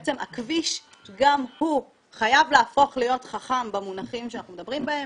בעצם הכביש גם הוא חייב להפוך להיות חכם במונחים שאנחנו מדברים בהם,